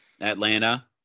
Atlanta